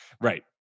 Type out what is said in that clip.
Right